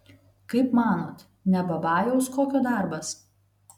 kaip manot ne babajaus kokio darbas